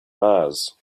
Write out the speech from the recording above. mars